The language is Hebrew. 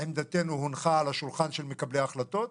הורים שהולכים לעבודה,